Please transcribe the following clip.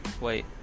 Wait